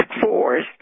force